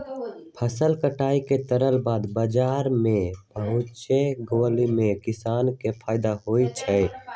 फसल कटाई के तुरत बाद बाजार में पहुच गेला से किसान के फायदा होई छई